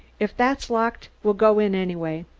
if that's locked we'll go in anyway.